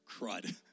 crud